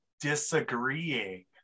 disagreeing